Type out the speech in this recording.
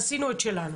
עשינו את שלנו.